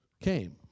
came